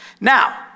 Now